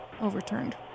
overturned